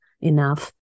enough